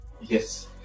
yes